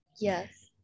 Yes